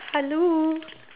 hello